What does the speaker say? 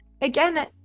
again